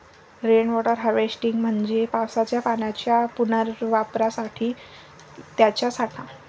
rain water harvesting म्हणजे पावसाच्या पाण्याच्या पुनर्वापरासाठी त्याचा साठा